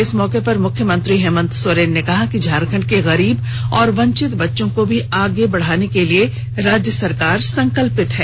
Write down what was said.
इस मौके पर मुख्यमंत्री हेमंत सोरेन ने कहा कि झारखंड के गरीब और वंचित बच्चों को भी आगे बढ़ाने के लिए राज्य सरकार संकल्पित है